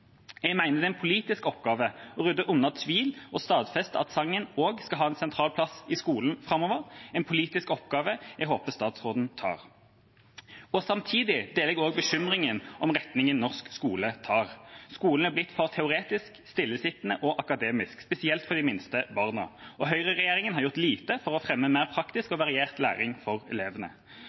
Jeg mener det er en politisk oppgave å rydde unna tvil og stadfeste at sangen også skal ha en sentral plass i skolen framover – en politisk oppgave jeg håper statsråden tar. Samtidig deler jeg også bekymringen over retningen norsk skole tar: Skolen er blitt for teoretisk, stillesittende og akademisk, spesielt for de minste barna. Og høyreregjeringa har gjort lite for å fremme mer praktisk og variert læring for elevene.